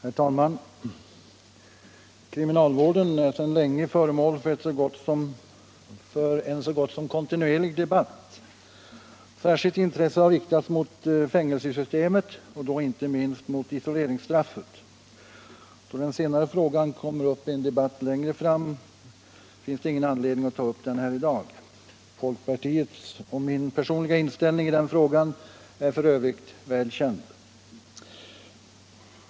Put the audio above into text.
Herr talman! Kriminalvården är sedan länge föremål för en så gott som kontinuerlig debatt. Särskilt intresse har riktats mot fängelsesystemet, och inte minst mot isoleringsstraffet. Då den senare frågan kommer upp i en debatt längre fram finns det ingen anledning att ta upp den här i dag. Folkpartiets och min personliga inställning i den frågan är f.ö. väl känd.